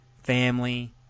family